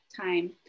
time